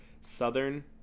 Southern